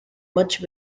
much